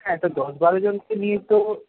হ্যাঁ তো দশ বারো জনকে নিয়ে তো